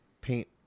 paint